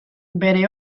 bere